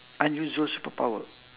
unusual superpower